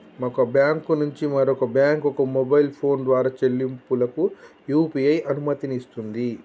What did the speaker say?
ఒక బ్యాంకు నుంచి మరొక బ్యాంకుకు మొబైల్ ఫోన్ ద్వారా చెల్లింపులకు యూ.పీ.ఐ అనుమతినిస్తుంది